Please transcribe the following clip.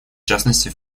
частности